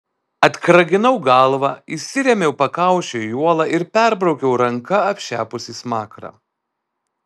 atkraginau galvą įsirėmiau pakaušiu į uolą ir perbraukiau ranka apšepusį smakrą